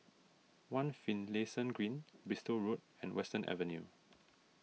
one Finlayson Green Bristol Road and Western Avenue